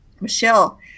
Michelle